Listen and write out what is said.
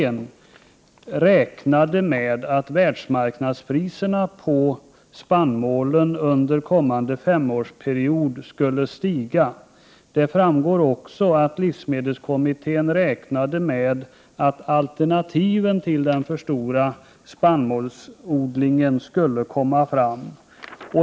1988/89:127 räknade med att världsmarknadspriserna på spannmålen under kommande = 2 juni 1989 femårsperiod skulle komma att stiga. Det framgår också att livsmedelskommittén räknade med att alternativen till den för stora spannmålsodlingen skulle komma fram.